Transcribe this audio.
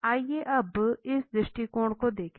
आइए अब इस दृष्टिकोण को देखें